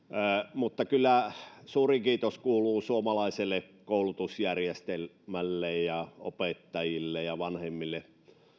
mutta kyllä suurin kiitos kuuluu suomalaiselle koulutusjärjestelmälle ja opettajille ja vanhemmille